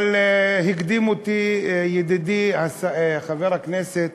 אבל הקדים אותי ידידי חבר הכנסת